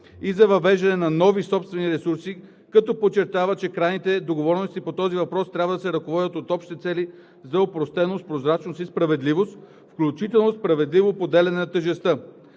и за въвеждане на нови собствени ресурси, като подчертава, че крайните договорености по този въпрос трябва да се ръководят от общите цели за опростеност, прозрачност и справедливост, включително справедливо поделяне на тежестта.